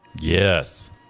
Yes